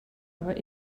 aber